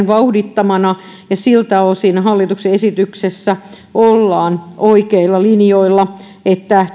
vauhdittamana ja siltä osin hallituksen esityksessä ollaan oikeilla linjoilla että